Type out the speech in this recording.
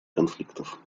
конфликтов